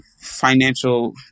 financial